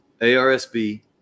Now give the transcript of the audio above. ARSB